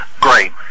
Great